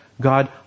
God